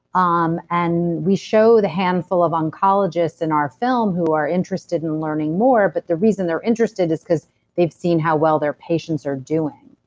um and we show the handful of oncologists in our film who are interested in learning more, but the reason they're interested is because they've seen how well their patients are doing,